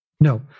No